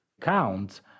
count